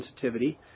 sensitivity